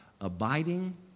abiding